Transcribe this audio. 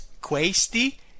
Questi